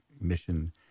mission